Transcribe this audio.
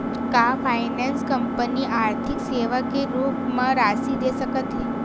का finance company आर्थिक सेवा के रूप म राशि दे सकत हे?